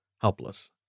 helpless